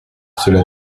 cela